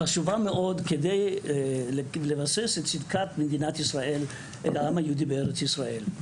כדי לבסס את צדקת מדינת ישראל והעם היהודי בארץ ישראל.